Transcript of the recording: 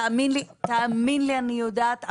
תאמין לי, אני יודעת.